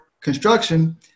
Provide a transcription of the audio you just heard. construction